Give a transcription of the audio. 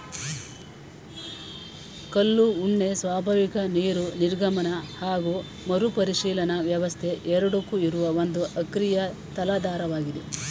ಕಲ್ಲು ಉಣ್ಣೆ ಸ್ವಾಭಾವಿಕ ನೀರು ನಿರ್ಗಮನ ಹಾಗು ಮರುಪರಿಚಲನಾ ವ್ಯವಸ್ಥೆ ಎರಡಕ್ಕೂ ಇರುವ ಒಂದು ಅಕ್ರಿಯ ತಲಾಧಾರವಾಗಿದೆ